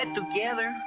together